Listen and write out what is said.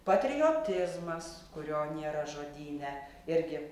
patriotizmas kurio nėra žodyne irgi